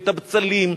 את הבצלים,